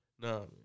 No